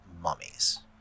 mummies